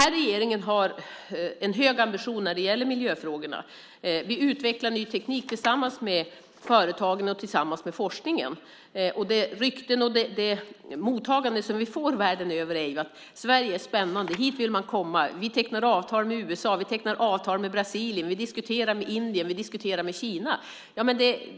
Regeringen har en hög ambition när det gäller miljöfrågorna. Vi utvecklar ny teknik tillsammans med företagen och forskningen. Det rykte och det mottagande vi får världen över är att Sverige är spännande. Hit vill man komma. Vi tecknar avtal med USA. Vi tecknar avtal med Brasilien. Vi diskuterar med Indien. Vi diskuterar med Kina.